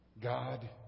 God